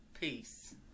Peace